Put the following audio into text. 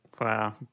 Wow